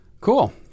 cool